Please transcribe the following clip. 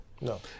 no